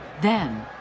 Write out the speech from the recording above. then,